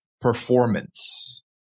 performance